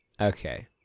Okay